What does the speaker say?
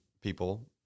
people